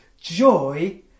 joy